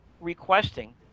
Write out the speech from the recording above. requesting